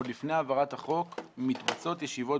עוד לפני העברת החוק מתבצעות ישיבות,